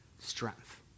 strength